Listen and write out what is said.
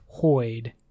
hoid